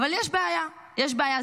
אבל יש בעיה, יש בעיה.